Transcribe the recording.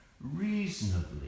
reasonably